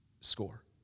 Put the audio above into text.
score